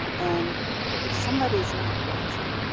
and if somebody's not watching,